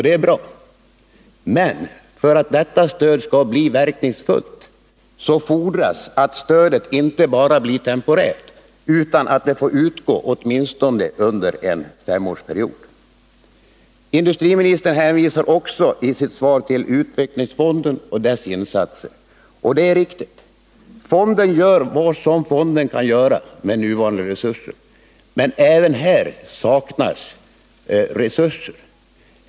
Det är bra, men för att detta stöd skall bli verkningsfullt fordras att det inte bara blir temporärt utan får utgå under åtminstone en femårsperiod. Industriministern hänvisar också i sitt svar till utvecklingsfonden och dess insatser. Det är riktigt att fonden gör vad den kan med nuvarande resurser. Men resurserna är inte tillräckliga.